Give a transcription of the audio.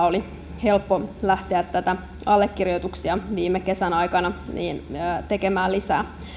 oli helppoa lähteä näitä allekirjoituksia viime kesän aikana tekemään lisää